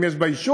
האם יש ביישוב